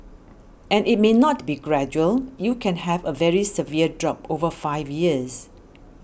and it may not be gradual you can have a very severe drop over five years